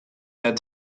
had